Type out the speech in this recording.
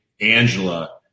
Angela